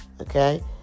okay